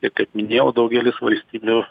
ir kaip minėjau daugelis valstybių